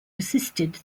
assisted